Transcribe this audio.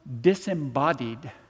disembodied